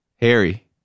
Harry